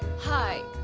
hi.